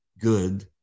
good